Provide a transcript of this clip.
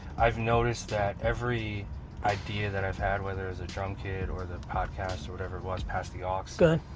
i've noticed that every idea that i've had whether it's ah drum kit or the podcast or whatever it was pass the ah aux. good.